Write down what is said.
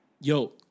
Yo